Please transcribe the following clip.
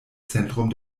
zentrum